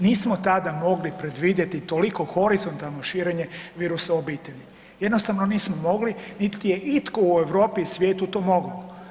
Nismo tada mogli predvidjeti toliko horizontalno širenje virusa u obitelji, jednostavno nismo mogli, niti je itko u Europi i svijetu to mogao.